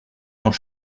quand